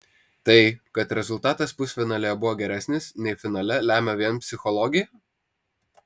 tai kad rezultatas pusfinalyje buvo geresnis nei finale lemia vien psichologija